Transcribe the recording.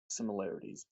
similarities